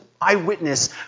eyewitness